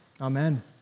Amen